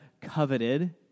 coveted